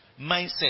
mindset